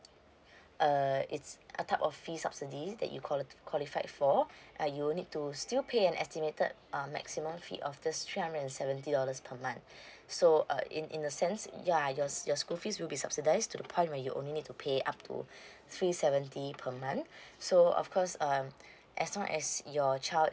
err it's a type of fee subsidies that you quali~ qualified for uh you'll need to still pay an estimated uh maximum fee of this three hundred and seventy dollars per month so uh in in a sense ya your your school fees will be subsidised to the point where you only need to pay up to three seventy per month so of course um as long as your child